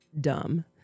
dumb